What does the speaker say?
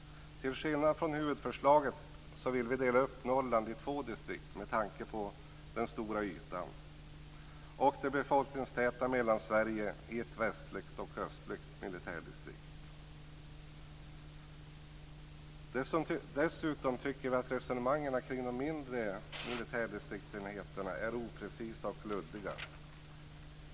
Till skillnad från huvudförslaget vill vi dela upp Norrland i två distrikt med tanke på den stora ytan och det befolkningstäta Mellansverige i ett västligt och ett östligt militärdistrikt. Dessutom tycker vi att resonemangen kring de mindre militärdistriktsenheterna är oprecisa och luddiga.